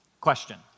question